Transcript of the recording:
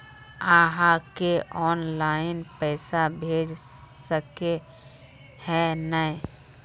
आहाँ के ऑनलाइन पैसा भेज सके है नय?